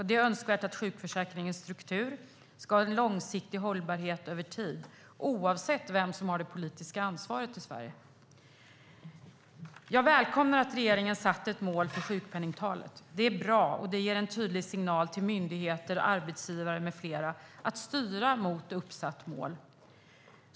Det är önskvärt att sjukförsäkringens struktur ska ha långsiktig hållbarhet över tid, oavsett vem som har det politiska ansvaret i Sverige. Jag välkomnar att regeringen har satt ett mål för sjukpenningtalet. Det är bra och ger en tydlig signal till myndigheter, arbetsgivare med flera att styra mot uppsatt mål.